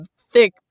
thick